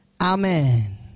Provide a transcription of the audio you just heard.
Amen